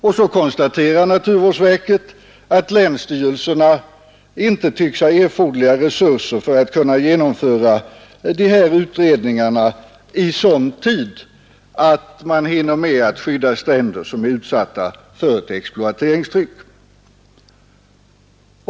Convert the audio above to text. Och så konstaterar naturvårdsverket att länsstyrelserna inte tycks ha erforderliga resurser för att kunna genomföra utredningarna i sådan tid att de stränder kan skyddas som är utsatta för ett exploateringstryck.